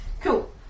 Cool